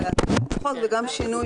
וגם שינוי